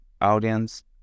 audience